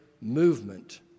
movement